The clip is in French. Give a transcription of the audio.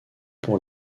pour